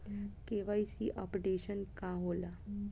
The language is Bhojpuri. के.वाइ.सी अपडेशन का होला?